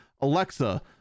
Alexa